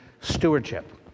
stewardship